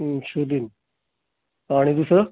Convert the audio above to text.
insulin आणि दुसरं